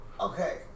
Okay